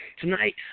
Tonight